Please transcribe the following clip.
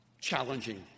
Challenging